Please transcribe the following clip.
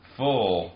full